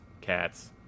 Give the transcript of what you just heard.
Cats